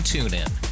TuneIn